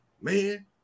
man